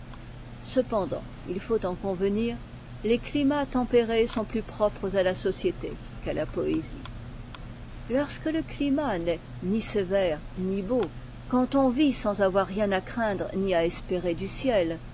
cependant il faut en convenir les climats tempérés sont plus propres à la société qu'à la poésie lorsque le climat n'est ni sévère ni beau quand on vit sans avoir rien à craindre ni à espérer du ciel